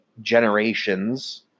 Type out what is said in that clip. generations